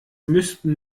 müssten